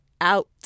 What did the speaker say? out